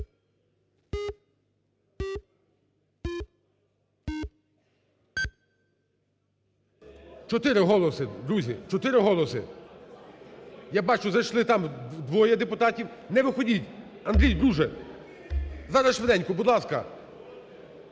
Чотири голоси, друзі, чотири голоси. Я бачу, зайшли там двоє депутатів. Не виходіть. Андрій, друже, зараз швиденько, будь ласка.